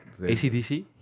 ACDC